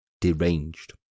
deranged